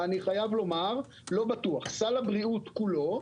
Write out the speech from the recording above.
אני חייב לומר, סל הבריאות כולו,